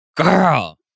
Girl